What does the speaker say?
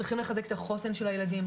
צריכים לחזק את החוסן של הילדים,